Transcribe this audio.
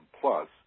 plus